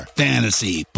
fantasy